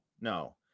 no